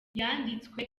yanditswe